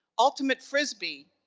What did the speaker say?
ultimate frisbee,